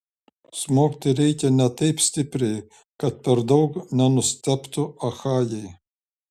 smogti reikia ne taip stipriai kad per daug nenustebtų achajai